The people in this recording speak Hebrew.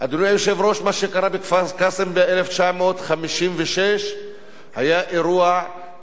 מה שקרה בכפר-קאסם ב-1956 היה אירוע מכונן